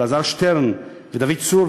אלעזר שטרן ודוד צור,